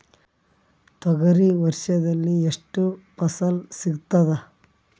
ತೊಗರಿ ವರ್ಷದಲ್ಲಿ ಎಷ್ಟು ಫಸಲ ಸಿಗತದ?